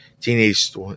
teenage